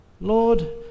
Lord